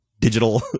digital